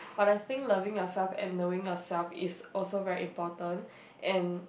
but I think loving yourself and knowing yourself is also very important and